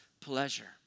pleasure